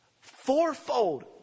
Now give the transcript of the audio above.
Fourfold